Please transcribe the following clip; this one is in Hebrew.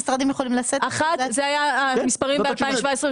זה היה המספרים ב-2018-2017,